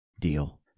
deal